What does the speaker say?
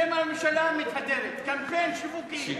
על זה הממשלה מתהדרת, קמפיין שיווקי.